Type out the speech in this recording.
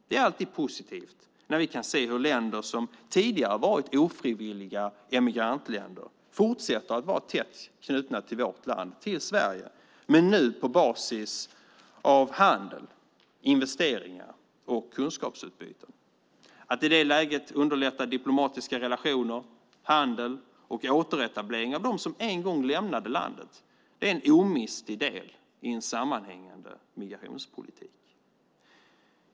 Det är alltid positivt när vi kan se hur länder som tidigare har varit ofrivilliga emigrantländer fortsätter att vara tätt knutna till vårt land, till Sverige men nu på basis av handel, investeringar och kunskapsutbyte. Att i det läget underlätta diplomatiska relationer, handel och återetablering av dem som en gång lämnade landet är en omistlig del i en sammanhängande migrationspolitik.